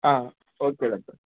okay doctor